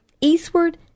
eastward